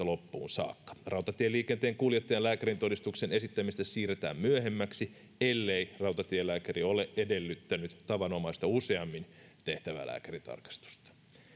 loppuun saakka rautatieliikenteen kuljettajan lääkärintodistuksen esittämistä siirretään myöhemmäksi ellei rautatielääkäri ole edellyttänyt tavanomaista useammin tehtävää lääkärintarkastusta